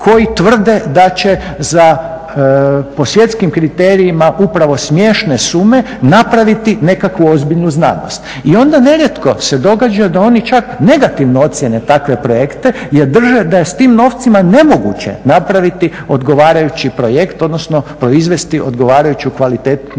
koji tvrde da će za, po svjetskim kriterijima upravo smiješne sume, napraviti nekakvu ozbiljnu znanost. I onda nerijetko se događa da oni čak negativno ocijene takve projekte jer drže da je s tim novcima nemoguće napraviti odgovarajući projekt, odnosno proizvesti odgovarajuću kvalitetnu znanost.